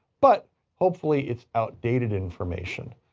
but hopefully it's outdated information.